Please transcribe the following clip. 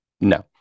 No